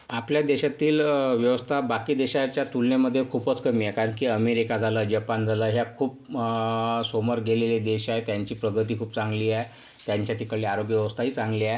आपल्या देशातील व्यवस्था बाकी देशाच्या तुलनेमध्ये खूपच कमी आहे कारण की अमेरिका झालं जपान झालं ह्या खूप समोर गेलेले देश आहेत त्यांची प्रगती खूप चांगली आहे त्यांच्या तिकडले आरोग्यव्यवस्था ही खूप चांगली आहे